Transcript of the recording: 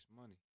money